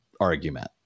argument